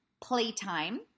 Playtime